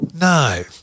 No